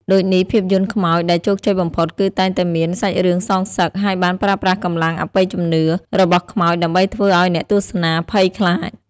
ដូចនេះ ភាពយន្តខ្មោចដែលជោគជ័យបំផុតគឺតែងតែមាន សាច់រឿងសងសឹក ហើយបានប្រើប្រាស់កម្លាំងអបិយជំនឿ របស់ខ្មោចដើម្បីធ្វើឲ្យអ្នកទស្សនាភ័យខ្លាច។